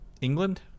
England